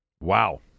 Wow